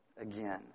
again